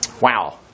Wow